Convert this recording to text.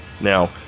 Now